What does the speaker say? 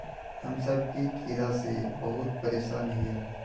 हम सब की कीड़ा से बहुत परेशान हिये?